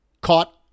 caught